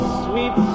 sweet